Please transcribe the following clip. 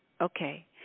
Okay